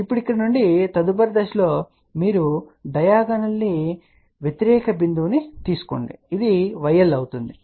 కాబట్టిఇప్పుడు ఇక్కడ నుండి తదుపరి దశలో మీరు డయాగోనల్లీ వ్యతిరేక బిందువును తీసుకోండి ఇది yL అవుతుంది